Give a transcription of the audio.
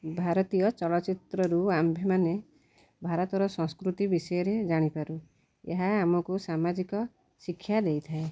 ଭାରତୀୟ ଚଳଚ୍ଚିତ୍ରରୁ ଆମ୍ଭେମାନେ ଭାରତର ସଂସ୍କୃତି ବିଷୟରେ ଜାଣିପାରୁ ଏହା ଆମକୁ ସାମାଜିକ ଶିକ୍ଷା ଦେଇଥାଏ